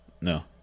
No